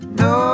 no